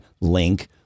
link